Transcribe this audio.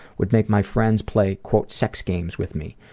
would make my friends play sex games with me.